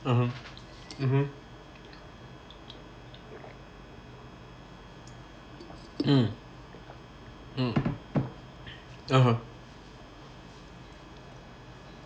(uh huh) mmhmm mm mm (uh huh)